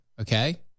Okay